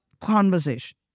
conversation